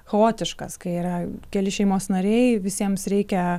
chaotiškas kai yra keli šeimos nariai visiems reikia